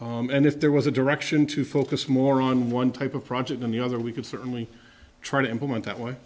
efficiency and if there was a direction to focus more on one type of project than the other we could certainly try to implement that way